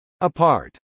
apart